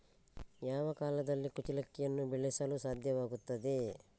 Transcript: ಯಾವ ಕಾಲದಲ್ಲಿ ಕುಚ್ಚಲಕ್ಕಿಯನ್ನು ಬೆಳೆಸಲು ಸಾಧ್ಯವಾಗ್ತದೆ?